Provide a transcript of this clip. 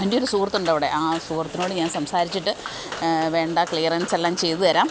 എൻ്റെ ഒരു സുഹൃത്തുണ്ട് അവിടെ ആ സുഹൃത്തിനോട് ഞാൻ സംസാരിച്ചിട്ട് വേണ്ട ക്ലിയറൻസെല്ലാം ചെയ്തു തരാം